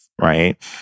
right